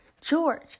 George